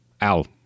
Al